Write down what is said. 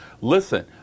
listen